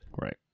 Right